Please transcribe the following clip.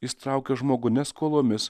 jis traukia žmogų ne skolomis